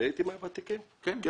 אני